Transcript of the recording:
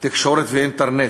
תקשורת ואינטרנט,